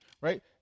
right